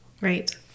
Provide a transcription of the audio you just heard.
right